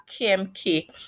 KMK